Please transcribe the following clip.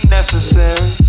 necessary